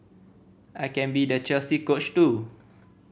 I can be the Chelsea Coach too